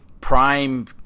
prime